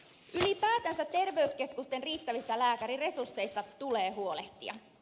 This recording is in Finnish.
ylipäätänsä terveyskeskusten riittävistä lääkäriresursseista tulee huolehtia